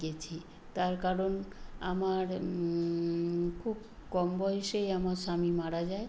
গেছি তার কারণ আমার খুব কম বয়েসেই আমার স্বামী মারা যায়